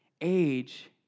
age